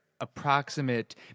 approximate